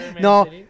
no